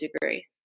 degree